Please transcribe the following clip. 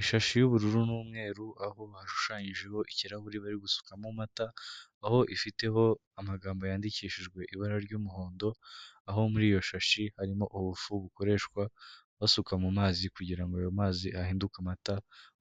Ishashi y'ubururu n'umweru aho bashushanyijeho ikirahuri bari gusukamo amata aho ifiteho amagambo yandikishijwe ibara ry'umuhondo aho muri iyo shashi harimo ubufu bukoreshwa basuka mu mazi kugira ngo ayo mazi ahinduke amata